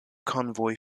convoy